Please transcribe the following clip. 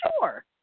Sure